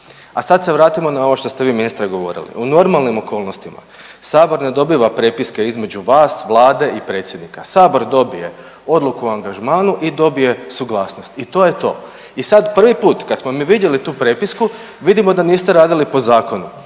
A sad se vratimo na ovo što ste vi ministre govorili. U normalnim okolnostima sabor ne dobiva prepiske između vas, Vlade i predsjednika. Sabor dobije odluku o angažmanu i dobije suglasnost. I to je to. I sad prvi put kad smo vidjeli tu prepisku vidimo da niste radili po zakonu